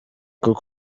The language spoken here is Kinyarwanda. koko